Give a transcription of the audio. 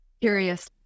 curious